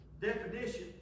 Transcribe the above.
definition